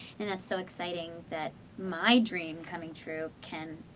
and that's so exciting that my dream coming true can,